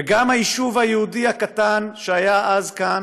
גם היישוב היהודי הקטן שהיה כאן